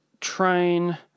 train